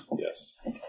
yes